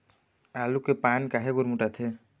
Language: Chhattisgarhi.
आलू के पान काहे गुरमुटाथे?